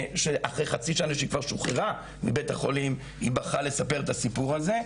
חצי שנה לאחר שכבר שוחררה מבית החולים היא בחרה לספר את הסיפור הזה.